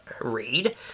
read